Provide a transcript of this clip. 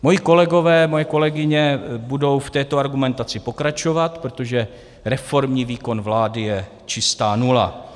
Moji kolegové a moje kolegyně budou v této argumentaci pokračovat, protože reformní výkon vlády je čistá nula.